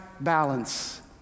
balance